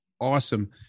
awesome